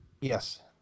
Yes